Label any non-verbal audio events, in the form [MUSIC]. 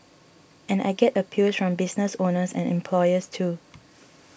and I get appeals from business owners and employers too [NOISE]